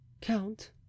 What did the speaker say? Count